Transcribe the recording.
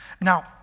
Now